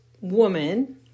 woman